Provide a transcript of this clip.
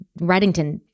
Reddington